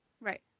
Right